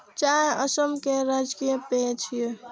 चाय असम केर राजकीय पेय छियै